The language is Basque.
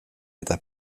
eta